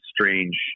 strange